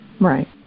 Right